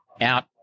Out